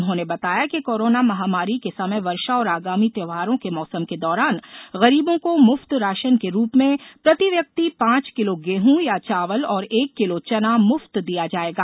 उन्होंने बताया कि कोरोना महामारी के समय वर्षा और आगामी त्यौहारों के मौसम के दौरान गरीबों को मुफ्त राशन के रूप में प्रति व्यक्ति पांच किलो गेहूं या चावल और एक किलो चना मुफ़त दिया जायेगा